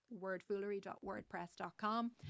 wordfoolery.wordpress.com